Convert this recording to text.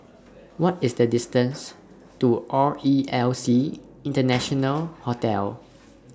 What IS The distance to RELC International Hotel